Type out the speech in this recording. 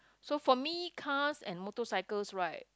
so for me cars and motorcycles right